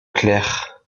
clair